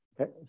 okay